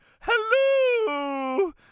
Hello